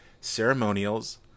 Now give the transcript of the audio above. Ceremonials